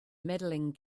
medaling